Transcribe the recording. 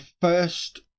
first